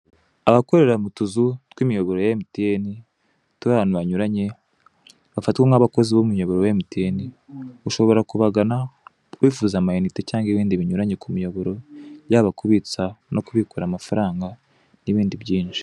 Abakorera mu tuzu tw'imiyoboro ya emutiyene turi ahantu hanyuranye bafatwa nk'abakozi bo mu muyoboro wa emutiyene, ushobora kubagana, wifuza amayinite cyangwa ibindi binyuranye ku muyoboro, yaba kubitsa no kubikura amafaranga, n'ibindi byinshi.